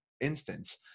instance